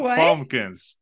pumpkins